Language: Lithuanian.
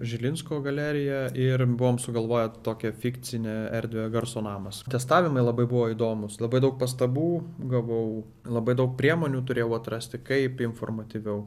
žilinsko galerija ir buvom sugalvoję tokią fikcinę erdvę garso namas testavimai labai buvo įdomūs labai daug pastabų gavau labai daug priemonių turėjau atrasti kaip informatyviau